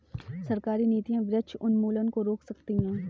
सरकारी नीतियां वृक्ष उन्मूलन को रोक सकती है